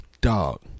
Dog